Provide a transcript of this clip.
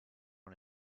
one